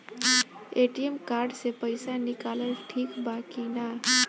ATM card से पईसा निकालल ठीक बा की ना?